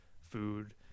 food